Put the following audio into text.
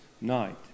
night